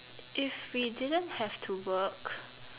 if we didn't have to work